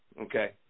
okay